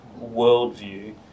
worldview